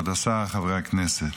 כבוד השר, חברי הכנסת,